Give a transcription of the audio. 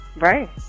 right